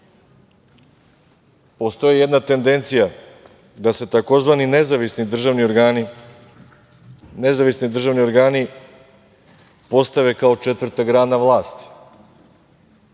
postoji jedna tendencija da se tzv. nezavisni državni organi postave kao četvrta grana vlasti.